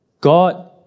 God